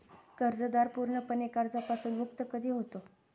कर्जदार पूर्णपणे कर्जापासून मुक्त कधी होतो?